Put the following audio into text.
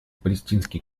палестинский